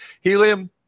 helium